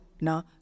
No